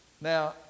Now